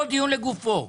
לא דיון לגופו.